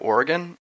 Oregon